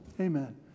Amen